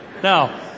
Now